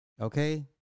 Okay